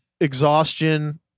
exhaustion